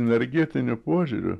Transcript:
energetiniu požiūriu